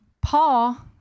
Paul